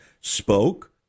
spoke